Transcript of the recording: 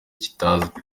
kitazwi